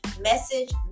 message